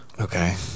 Okay